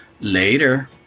Later